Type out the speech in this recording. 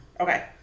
Okay